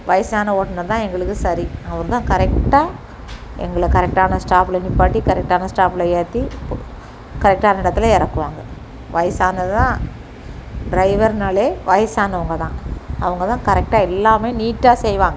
வயசான ஓட்டுநர் தான் எங்களுக்கு சரி அவர் தான் கரெக்டாக எங்களை கரெக்டான ஸ்டாப்பில் நிற்பாட்டி கரெக்டான ஸ்டாப்பில் ஏற்றி கரெக்டான இடத்துல இறக்குவாங்க வயசானது தான் டிரைவர்னாலே வயசானவங்க தான் அவங்கதான் கரெக்டாக எல்லாமே நீட்டாக செய்வாங்க